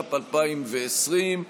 התש"ף 2020,